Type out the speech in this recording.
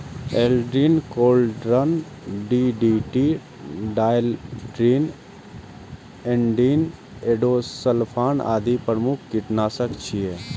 Aldrin, chlordane, DDT, dieldrin, endrin, endosulfan आदि प्रमुख कीटनाशक छियै